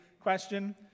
question